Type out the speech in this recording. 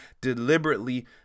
deliberately